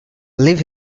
leave